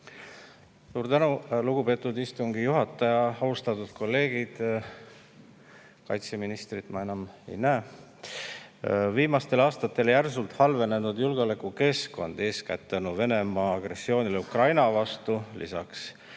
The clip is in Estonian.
Suur tänu, lugupeetud istungi juhataja! Austatud kolleegid! Kaitseministrit ma enam ei näe. Viimastel aastatel järsult halvenenud julgeolekukeskkond, eeskätt Venemaa agressiooni tõttu Ukraina vastu, lisaks